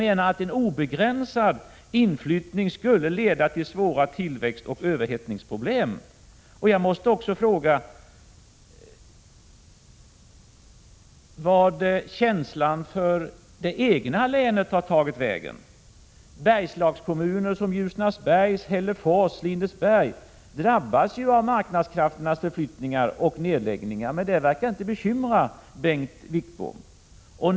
En obegränsad inflyttning skulle leda till svåra tillväxtoch överhettningsproblem. Jag måste också fråga vart känslan för det egna länet har tagit vägen. Bergslagskommuner som Ljusnarsberg, Hällefors och Lindesberg drabbas av marknadskrafternas förflyttningar och nedläggningar, men det verkar inte bekymra Bengt Wittbom.